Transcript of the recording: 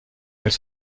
elle